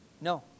No